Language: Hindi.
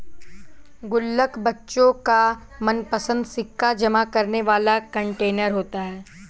गुल्लक बच्चों का मनपंसद सिक्का जमा करने वाला कंटेनर होता है